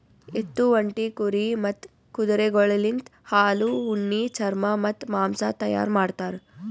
ಎತ್ತು, ಒಂಟಿ, ಕುರಿ ಮತ್ತ್ ಕುದುರೆಗೊಳಲಿಂತ್ ಹಾಲು, ಉಣ್ಣಿ, ಚರ್ಮ ಮತ್ತ್ ಮಾಂಸ ತೈಯಾರ್ ಮಾಡ್ತಾರ್